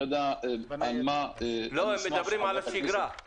הם מדברים על השגרה.